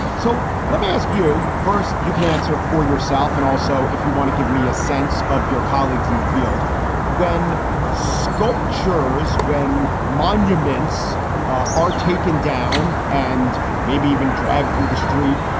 so let me ask you first. you can answer for yourself and also if you want to give me a sense of your colleagues in the field when sculptures, when monuments are taken down and maybe even dragged through the street,